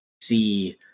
see